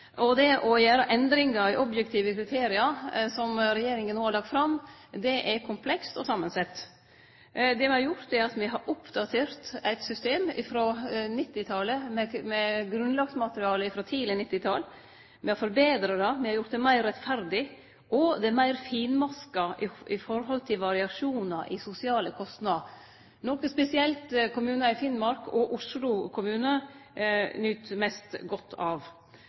Å gjere endringar i objektive kriterium som regjeringa no har lagt fram, er komplekst og samansett. Me har oppdatert eit system frå 1990-talet, med grunnlagsmateriale frå tidleg 1990-tal, me har forbetra det, gjort det meir rettferdig, og det er meir finmaska i forhold til variasjonar i sosiale kostnader, noko spesielt kommunar i Finnmark og Oslo kommune nyt mest godt av